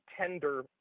tender